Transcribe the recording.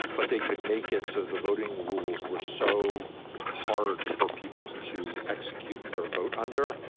but they could make it. so the voting rules were so hard for people to execute their vote under.